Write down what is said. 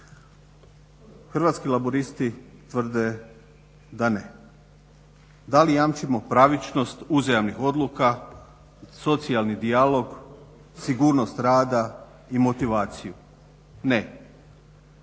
Hrvatski laburisti tvrde da ne. Da li jamčimo pravičnost uzajamnih odluka, socijalni dijalog, sigurnost rada i motivaciju? Ne.